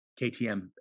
KTM